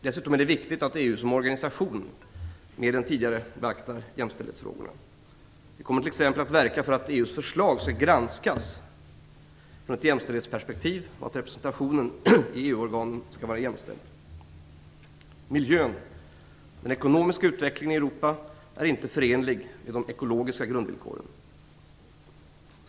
Dessutom är det viktigt att EU som organisation mer än tidigare beaktar jämställdhetsfrågorna. Vi kommer t.ex. att verka för att EU:s förslag skall granskas från ett jämställdhetsperspektiv och att representationen i EU organen skall vara jämställd. - Miljö: den ekonomiska utvecklingen i Europa är inte förenlig med de ekologiska grundvillkoren.